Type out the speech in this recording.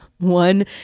One